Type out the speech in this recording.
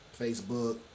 Facebook